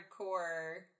hardcore